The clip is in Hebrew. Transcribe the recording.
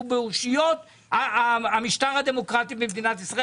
מאושיות המשטר הדמוקרטי במדינת ישראל,